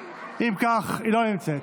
היא לא נמצאת.